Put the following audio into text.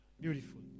Beautiful